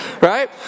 right